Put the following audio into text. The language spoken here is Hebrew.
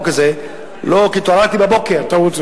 בחוק הזה ולעמוד מאחורי החוק הזה ולומר בריש גלי נגד